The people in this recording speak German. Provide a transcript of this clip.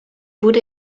wurde